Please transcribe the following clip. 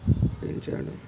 ట్టించాడు